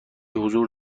حضور